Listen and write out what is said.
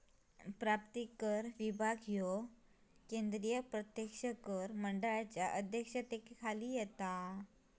प्राप्तिकर विभाग ह्यो केंद्रीय प्रत्यक्ष कर मंडळाच्या अध्यक्षतेखाली येता